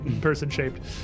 person-shaped